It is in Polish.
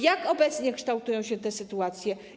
Jak obecnie kształtuje się sytuacja?